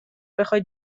بخوای